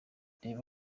reba